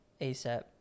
ASAP